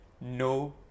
no